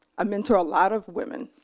i mentor a lot of women.